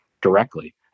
directly